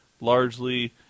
largely